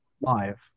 live